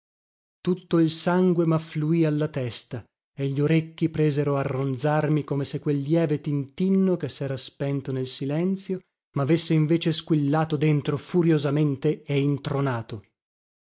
tutto il sangue maffluì alla testa e gli orecchi presero a ronzarmi come se quel lieve tintinno che sera spento nel silenzio mavesse invece squillato dentro furiosamente